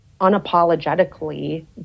unapologetically